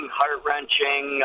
heart-wrenching